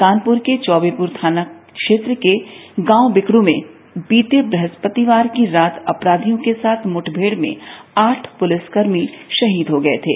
कानपुर के चौबेपुर थाना क्षेत्र के गांव बिकरू में बीते ब्रहस्पतिवार की रात अपराधियों के साथ मुठभेड़ में आठ पुलिसकर्मी शहीद हो गए थे